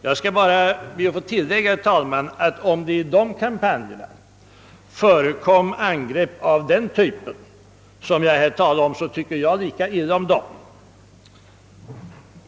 Jag skall bara be att få tillägga, herr talman, att om det i de senare angreppen förekom angrepp av den typ som jag här talar om, så tycker jag också lika illa om dem.